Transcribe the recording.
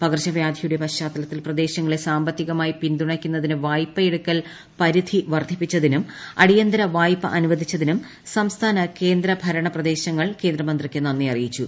പകർച്ചവ്യാധിയുടെ പശ്ചാത്തലത്തിൽ പ്രദേശങ്ങളെ സാമ്പത്തികമായി പിന്തുണയ്ക്കുന്നതിന് വായ്പയെടുക്കൽ പരിധി വർദ്ധിപ്പിച്ചതിനും അടിയന്തര വായ്പ അനുവദിച്ചതിനും സംസ്ഥാന കേന്ദ്ര ഭരണ പ്രദേശങ്ങൾ കേന്ദ്രമന്ത്രിക്ക് നന്ദി അറിയിച്ചു